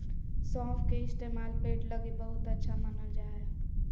सौंफ के इस्तेमाल पेट लगी बहुते अच्छा मानल जा हय